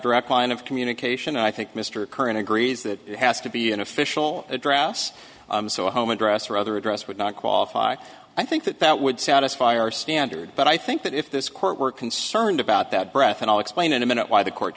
direct line of communication i think mr curran agrees that it has to be an official address so a home address or other address would not qualify i think that that would satisfy our standard but i think that if this court were concerned about that breath and i'll explain in a minute why the court